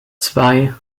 zwei